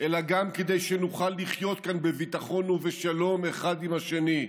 אלא גם כדי שנוכל לחיות כאן בביטחון ובשלום אחד עם השני,